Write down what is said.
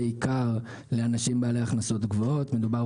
אלא באמת על ועדה גדולה יותר זה כי כניסה לא נכונה של